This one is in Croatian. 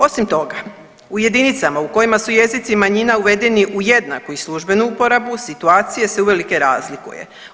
Osim toga, u jedinicama u kojima su jezici manjina uvedeni u jednaku i službenu uporabu situacija se uvelike razlikuje.